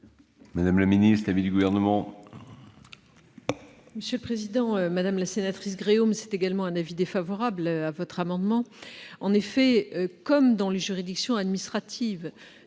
Madame la sénatrice, l'avis du Gouvernement